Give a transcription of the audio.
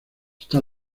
esta